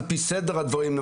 על פי סדר הדברים,